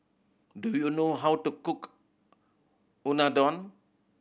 do you know how to cook Unadon